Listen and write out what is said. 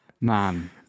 Man